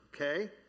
okay